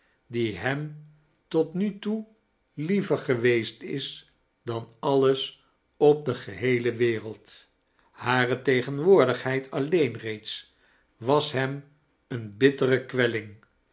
die hem tot nu toe liever geweest is dan alles op de geiheeli wereld hare tegenwoordigheid alleen reeds was hem eene bittere